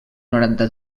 noranta